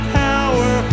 power